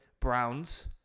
Browns